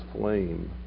flame